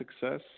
success